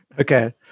Okay